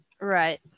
Right